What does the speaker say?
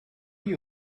you